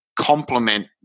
complement